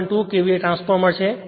2 KVA transformer છે